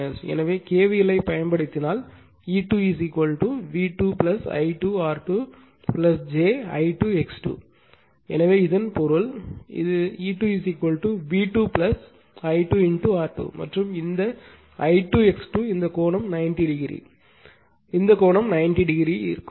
எனவே KVL ஐப் பயன்படுத்தினால் E2 V2 I2 R2 j I2 X2 எனவே இதன் பொருள் இது E2 V2 I2 R2 மற்றும் இந்த I2 X2 இந்த கோணம் 90 டிகிரி இந்த கோணம் 90 டிகிரி இருக்கும்